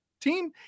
team